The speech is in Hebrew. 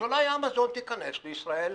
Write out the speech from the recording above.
שאולי אמזון תיכנס לישראל,